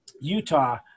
Utah